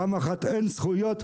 פעם אחת אין זכויות,